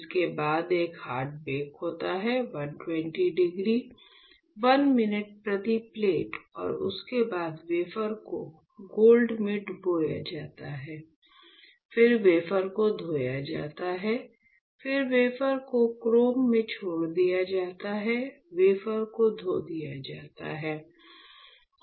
इसके बाद एक हार्ड बेक होता है 120 डिग्री 1 मिनट प्रति प्लेट और उसके बाद वेफर को गोल्ड में डुबोया जाता है फिर वेफर को धोया जाता है फिर वेफर को क्रोम में छोड़ दिया जाता है वेफर को धो दिया जाता है